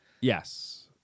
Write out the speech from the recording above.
Yes